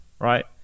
right